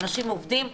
אנשים עובדים,